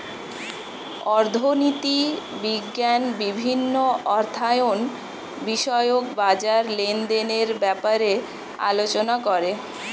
অর্থনীতি বিজ্ঞান বিভিন্ন অর্থায়ন বিষয়ক বাজার লেনদেনের ব্যাপারে আলোচনা করে